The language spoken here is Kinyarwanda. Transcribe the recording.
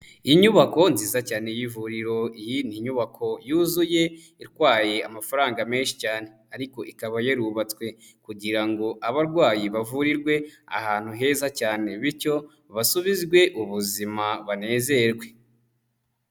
Inyubako nziza cyane y'ivuriro, iyi ni inyubako yuzuye itwaye amafaranga menshi cyane, ariko ikaba yarubatswe kugira ngo abarwayi bavurirwe ahantu heza cyane, bityo basubizwe ubuzima, banezerwe.